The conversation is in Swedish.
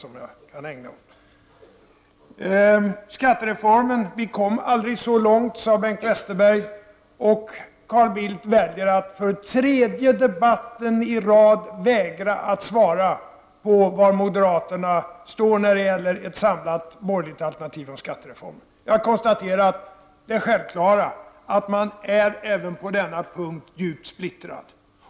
Vi kom aldrig så långt när det gäller skattereformen, sade Bengt Westerberg, och Carl Bildt vägrar nu i den tredje debatten i följd att svara på var moderaterna står när det gäller ett samlat borgerligt alternativ till skattereformen. Jag konstaterar det självklara att man även på denna punkt är djupt splittrad.